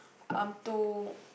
I'm to